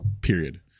period